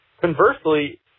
Conversely